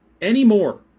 anymore